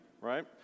right